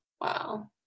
wow